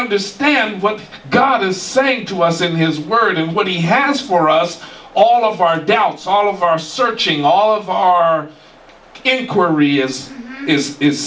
understand what god is saying to us in his word and what he has for us all of our doubts all of our searching all of our i